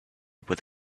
with